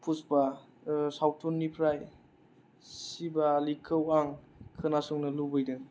पुसपा सावथुनिफ्राय स्रिभालिखौ आं खोनासंनो लुगैदों